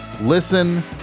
listen